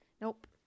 Nope